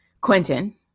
Quentin